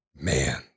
man